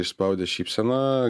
išspaudė šypseną